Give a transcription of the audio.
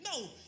No